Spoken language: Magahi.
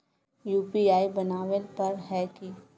यु.पी.आई बनावेल पर है की?